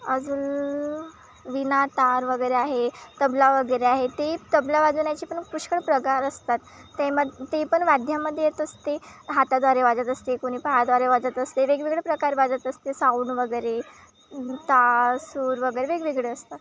अजून वीणा तार वगैरे आहे तबला वगैरे आहे ते तबला वाजवण्याची पण पुष्कळ प्रकार असतात ते मग ते पण वाद्यामध्ये येत असते हाताद्वारे वाजवत असते कोणी पायाद्वारे वाजवत असते वेगवेगळे प्रकार वाजवत असते साऊंड वगैरे ताल सूर वगैरे वेगवेगळे असतात